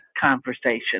conversation